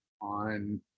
on